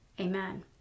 Amen